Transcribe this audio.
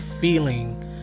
feeling